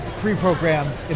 pre-programmed